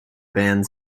band